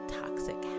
toxic